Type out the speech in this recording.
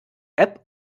app